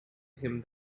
him